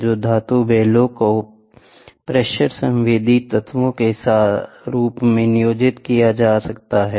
तो धातु बेलो को प्रेशर संवेदी तत्वों के रूप में नियोजित किया जा सकता है